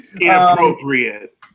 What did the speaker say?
inappropriate